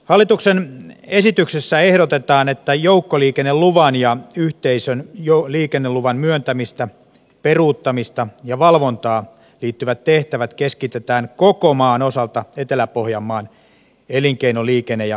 hallituksen esityksessä ehdotetaan että joukkoliikenneluvan ja yhteisön liikenneluvan myöntämiseen peruuttamiseen ja valvontaan liittyvät tehtävät keskitetään koko maan osalta etelä pohjanmaan elinkeino liikenne ja ympäristökeskukselle